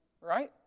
right